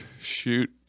shoot